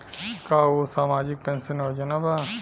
का उ सामाजिक पेंशन योजना बा?